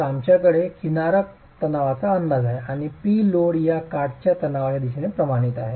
तर आमच्याकडे किनारक तणावाचा अंदाज आहे आणि P लोड या काठाच्या तणावाच्या दिशेने प्रमाणित आहे